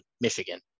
Michigan